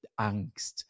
angst